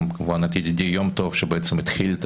וגם כמובן את ידידי יום טוב שבעצם התחיל את